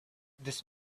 this